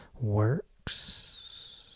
works